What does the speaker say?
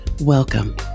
Welcome